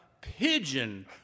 pigeon